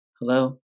hello